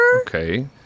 Okay